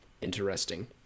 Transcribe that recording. interesting